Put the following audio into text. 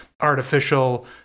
artificial